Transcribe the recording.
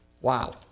Wow